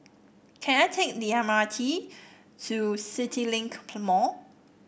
can I take the M R T to CityLink Mall